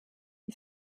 die